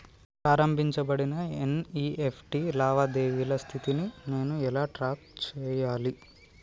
ప్రారంభించబడిన ఎన్.ఇ.ఎఫ్.టి లావాదేవీల స్థితిని నేను ఎలా ట్రాక్ చేయాలి?